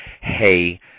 hey